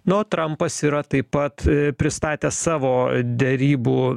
na o trampas yra taip pat pristatė savo derybų